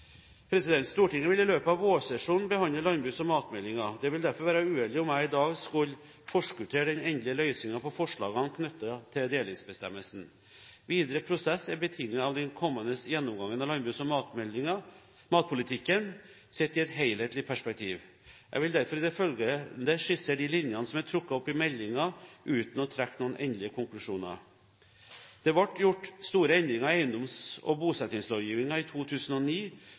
Stortinget vil i løpet av vårsesjonen behandle landbruks- og matmeldingen. Det vil derfor være uheldig om jeg i dag skulle forskuttere den endelige løsningen på forslagene knyttet til delingsbestemmelsen. Videre prosess er betinget av den kommende gjennomgangen av landbruks- og matpolitikken sett i et helhetlig perspektiv. Jeg vil derfor i det følgende skissere de linjene som er trukket opp i meldingen, uten å trekke noen endelige konklusjoner. Det ble gjort store endringer i eiendoms- og bosettingslovgivningen i 2009